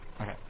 Okay